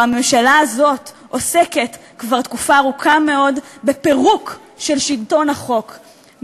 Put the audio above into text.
הממשלה הזאת עוסקת כבר תקופה ארוכה מאוד בפירוק של שלטון החוק,